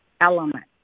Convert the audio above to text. element